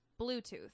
Bluetooth